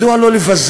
מדוע לא לבזר,